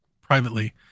privately